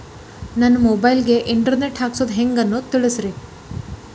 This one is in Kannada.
ನನ್ನ ಮೊಬೈಲ್ ಗೆ ಇಂಟರ್ ನೆಟ್ ಹಾಕ್ಸೋದು ಹೆಂಗ್ ಅನ್ನೋದು ತಿಳಸ್ರಿ